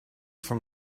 from